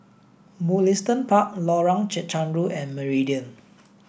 Mugliston Park Lorong Chencharu and Meridian